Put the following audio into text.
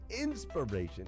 inspiration